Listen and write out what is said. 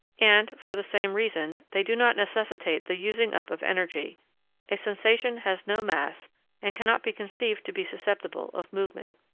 and, for the same reason, they do not necessitate the using up of energy a sensation has no mass and cannot be conceived to be susceptible of movement.